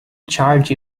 charge